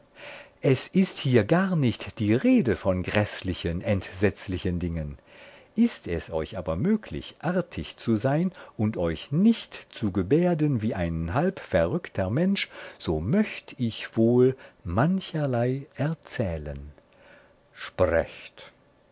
es ist hier gar nicht die rede von gräßlichen entsetzlichen dingen ist es euch aber möglich artig zu sein und euch nicht zu gebärden wie ein halb verrückter mensch so möcht ich wohl mancherlei erzählen sprecht